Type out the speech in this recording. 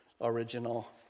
original